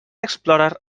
explorer